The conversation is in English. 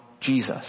Jesus